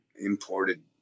imported